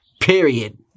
Period